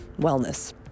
wellness